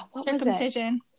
circumcision